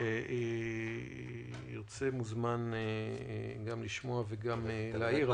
מי שירצה, מוזמן גם לשמוע וגם להעיר.